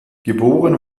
geboren